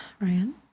Ryan